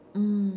mm